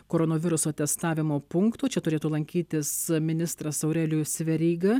koronaviruso testavimo punktų čia turėtų lankytis ministras aurelijus veryga